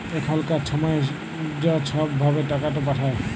এখলকার ছময়ে য ছব ভাবে টাকাট পাঠায়